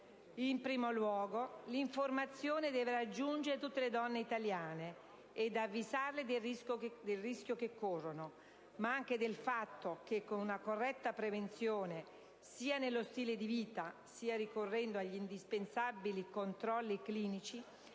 In primo luogo, l'informazione, che deve raggiungere tutte le donne italiane ed avvisarle dei rischi che corrono, ma anche del fatto che, con una corretta prevenzione, sia nello stile di vita sia ricorrendo agli indispensabili controlli clinici,